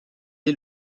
est